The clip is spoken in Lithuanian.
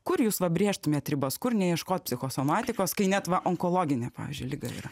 kur jūs va brėžtumėt ribas kur neieškot psichosomatikos kai net va onkologinė pavyzdžiui liga yra